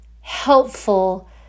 helpful